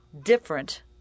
different